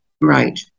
Right